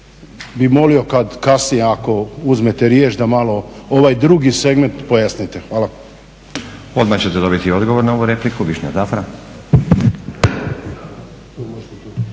bih molio, kasnije ako uzmete riječ, da malo ovaj drugi segment pojasnite. Hvala. **Stazić, Nenad (SDP)** Odmah ćete dobiti odgovor na ovu repliku, Višnja Tafra.